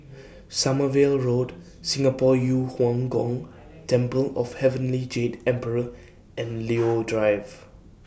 Sommerville Road Singapore Yu Huang Gong Temple of Heavenly Jade Emperor and Leo Drive